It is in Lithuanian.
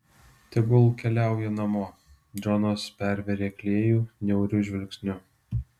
tegul keliauja namo džonas pervėrė klėjų niauriu žvilgsniu